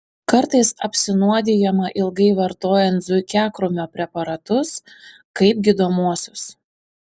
kartais apsinuodijama ilgai vartojant zuikiakrūmio preparatus kaip gydomuosius